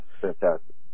Fantastic